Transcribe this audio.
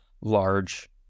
large